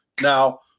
now